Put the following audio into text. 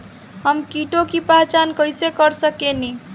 हम कीटों की पहचान कईसे कर सकेनी?